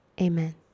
Amen